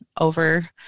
over